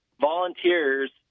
volunteers